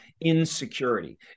insecurity